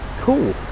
Cool